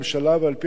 ועל-פי הנתונים,